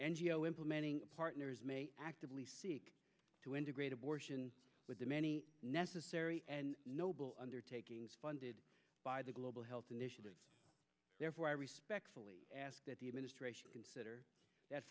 geo implementing partners actively seek to integrate abortion with the many necessary and noble undertakings funded by the global health initiative therefore i respectfully ask that the administration consider that